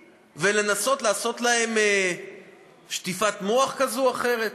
ולנסות לעשות להם שטיפת מוח כזו או אחרת?